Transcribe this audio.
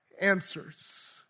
answers